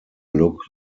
look